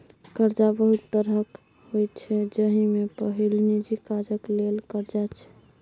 करजा बहुत तरहक होइ छै जाहि मे पहिल निजी काजक लेल करजा छै